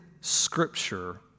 scripture